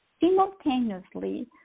Simultaneously